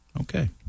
okay